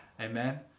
amen